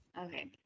okay